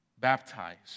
baptized